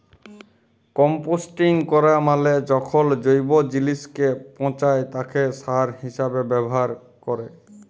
composting ক্যরা মালে যখল জৈব জিলিসকে পঁচায় তাকে সার হিসাবে ব্যাভার ক্যরে